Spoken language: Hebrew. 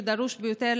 דרוש ביותר,